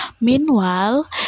meanwhile